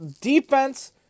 Defense